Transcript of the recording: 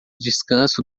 descanso